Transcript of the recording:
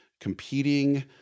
competing